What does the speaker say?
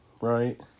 right